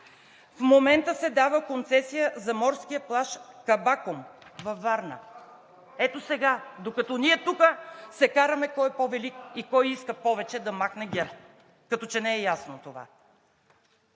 в момента се дава концесия за морския плаж „Кабакум“ във Варна – ето сега, докато тук се караме кой е по-велик и кой иска повече да махне ГЕРБ, като че не е ясно това.